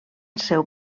seu